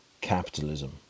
capitalism